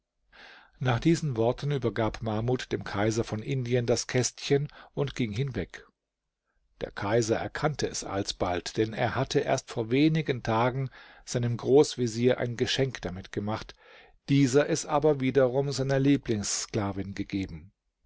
nach diesen worten übergab mahmud dem kaiser von indien das kästchen und ging hinweg der kaiser erkannte es alsbald denn er hatte erst vor wenigen tagen seinem großvezier ein geschenk damit gemacht dieser es aber wiederum seiner lieblingssklavin gegeben